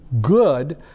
good